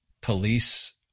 police